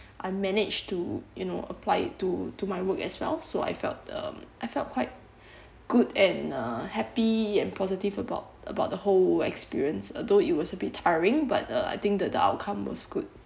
I managed to you know apply to to my work as well so I felt um I felt quite good and uh happy and positive about about the whole experience although it was a bit tiring but uh I think that the outcome was good